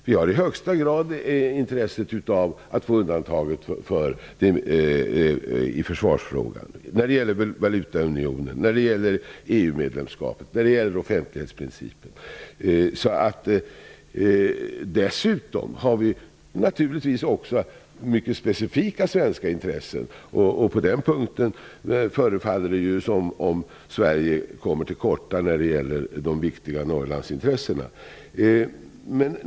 Vi har i högsta grad intresse av att få igenom undantag när det gäller försvarsfrågan, valutaunionen, EU-medlemskapet och offentlighetsprincipen. Dessutom finns det naturligtvis också mycket specifika svenska intressen. På den punkten förefaller Sverige komma till korta när det gäller de viktiga Norrlandsintressena.